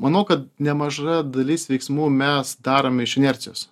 manau kad nemaža dalis veiksmų mes darome iš inercijos